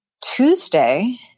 Tuesday